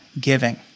giving